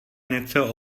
něco